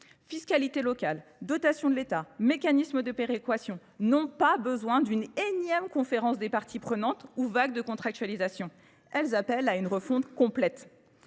Fiscalité locale, dotation de l'État, mécanismes de péréquation n'ont pas besoin d'une énième conférence des parties prenantes ou vague de contractualisation. Elles appellent à une refonte complète.